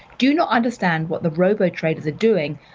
do not understand what the robo-traders are doing.